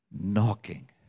knocking